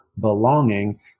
belonging